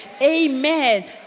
Amen